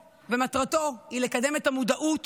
שמטרתו היא לקדם את המודעות